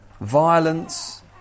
violence